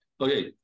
Okay